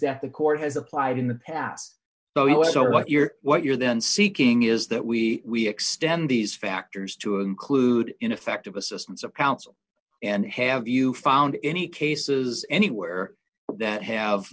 that the court has applied in the past though it was so what you're what you're then seeking is that we extend these factors to include ineffective assistance of counsel and have you found any cases anywhere that have